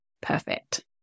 perfect